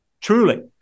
truly